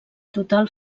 total